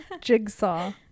Jigsaw